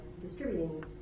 distributing